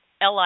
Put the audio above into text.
LI